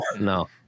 no